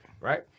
Right